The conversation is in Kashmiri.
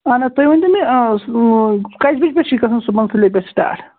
اَہَن حظ تُہۍ ؤنۍتو مےٚ سُہ کٔژِ بَجہِ پٮ۪ٹھٕ چھِ گَژھن صُبحَن سُلی سِٹارٹ